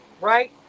right